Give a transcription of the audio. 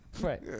Right